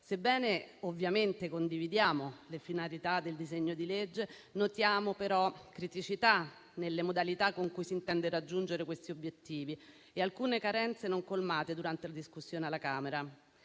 Sebbene, ovviamente, condividiamo le finalità del disegno di legge, notiamo, però, criticità nelle modalità con cui si intende raggiungere questi obiettivi e alcune carenze non colmate durante la discussione alla Camera.